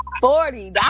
Forty